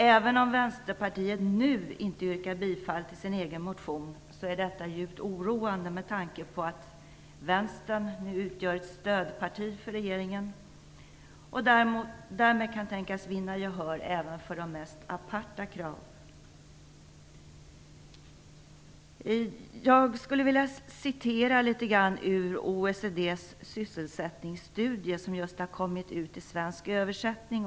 Även om Vänsterpartiet nu inte yrkar bifall till sin egen motion, är detta djupt oroande med tanke på att vänstern utgör ett stödparti för regeringen och därmed kan tänkas vinna gehör även för de mest aparta krav. Jag skulle vilja citera litet grand ur OECD:s sysselsättningsstudie, som just har kommit ut i svensk översättning.